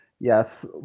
yes